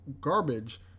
garbage